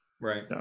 right